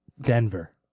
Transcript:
Denver